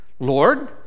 Lord